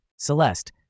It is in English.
Celeste